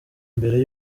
mbere